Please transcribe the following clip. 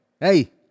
hey